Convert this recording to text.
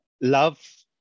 love